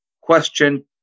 question